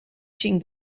cinc